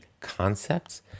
concepts